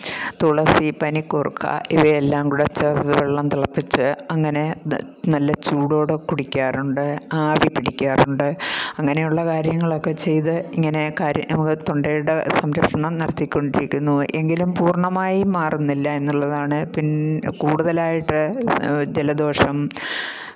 തുളസി പനിക്കൂർക്ക ഇവയെല്ലാം കൂടെ ചേർത്ത് വെള്ളം തിളപ്പിച്ച് അങ്ങനെ നല്ല ചൂടോടെ കുടിക്കാറുണ്ട് ആവി പിടിക്കാറുണ്ട് അങ്ങനെയുള്ള കാര്യങ്ങളൊക്കെ ചെയ്ത് ഇങ്ങനെ കാര്യം നമുക്ക് തൊണ്ടയുടെ സംരക്ഷണം നിർത്തികൊണ്ടിരിക്കുന്നു എങ്കിലും പൂർണ്ണമായും മാറുന്നില്ല എന്നുള്ളതാണ് പിൻ കൂടുതലായിട്ട് ജലദോഷം